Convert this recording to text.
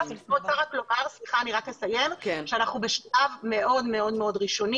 אני רוצה לומר שאנחנו בשלב מאוד מאוד ראשוני.